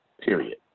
period